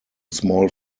small